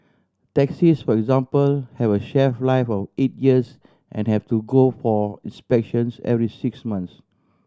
taxis for example have a shelf life of eight years and have to go for inspections every six months